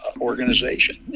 organization